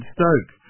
Stoke